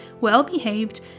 well-behaved